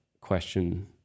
question